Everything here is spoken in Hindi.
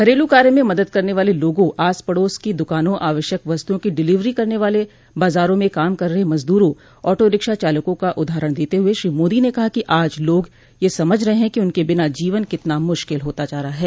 घरेलू कार्य में मदद करने वाले लोगों आस पड़ोस की दुकानों आवश्यक वस्तुओं की डिलीवरी करने वालों बाजारों में काम कर रहे मजदूरों ऑटो रिक्शा चालकों का उदाहरण देते हुए श्री मोदी ने कहा कि आज लोग यह समझ रहे हैं कि उनके बिना जीवन कितना मुश्किल हो होता जा रहा है